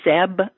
Seb